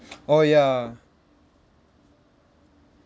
oh ya